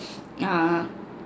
err